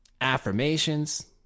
affirmations